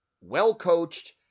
well-coached